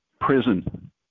prison